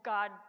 God